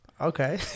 Okay